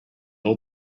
all